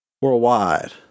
worldwide